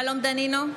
שלום דנינו,